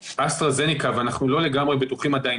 אסטרהזניקה ואנחנו לא לגמרי בטוחים עדיין